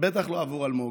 ובטח לא עבור אלמוג.